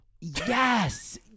Yes